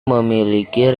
memiliki